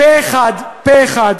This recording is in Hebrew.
פה-אחד,